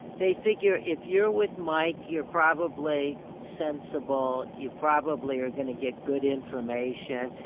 they figure, if you're with mike, you're probably sensible. you probably are going to get good information.